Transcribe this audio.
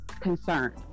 concerned